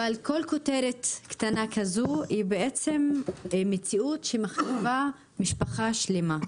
אבל כל כותרת קטנה כזו היא בעצם מציאות שמחריבה משפחה שלמה.